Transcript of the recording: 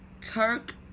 Kirk